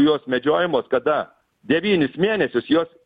jos medžiojamos kada devynis mėnesius jos